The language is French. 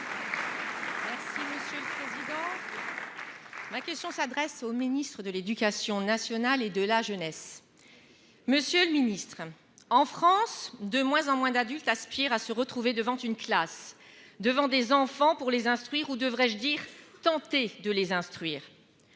Ma question s'adresse à M. le ministre de l'éducation nationale et de la jeunesse. Monsieur le ministre, en France, de moins en moins d'adultes aspirent à se retrouver devant une classe d'enfants pour les instruire, ou plutôt devrais-je dire de tenter de les instruire